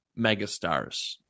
megastars